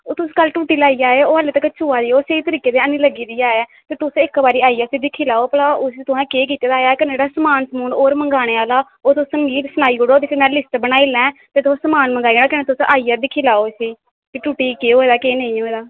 ओह् कल्ल तुस टुट्टी लाई आये हे ओह् अजे तगर चोआ दी ऐ ओह् स्हेई तरीकै दी ऐनी लग्गी दी ऐ ते तुस इक्क बारी आइयै भला दिक्खी लैओ इसी ते तुसें केह् कीते दा ऐ ते नुहाड़ा समान होर मंगानें आह्ला ते ओह्दे च मिगी सनाई लैओ ते में होर बनाई लें ते तुस समान मंगाई लैओ ते कन्नै तुस दिक्खी लैओ इसी की टुट्टी गी केह् होया केह् नेईं होया